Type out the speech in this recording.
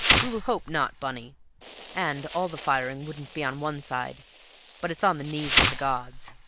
we will hope not, bunny and all the firing wouldn't be on one side but it's on the knees of the gods.